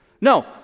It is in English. No